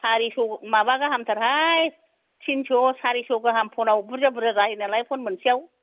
सारिस' माबा गाहामथारहाय थिनस' सारिस' गाहाम फनाव बुरजा बुरजा जायो नालाय फन मोनसेआव